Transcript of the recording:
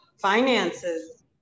finances